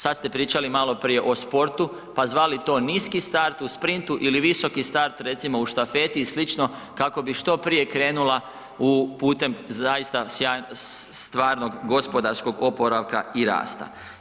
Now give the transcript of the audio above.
Sad ste pričali maloprije o sportu, pa zvali to niski start u sprintu ili visoki start, recimo, u štafeti i slično kako bi što prije krenula u, putem zaista stvarnog gospodarskog oporavka i rasta.